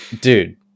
dude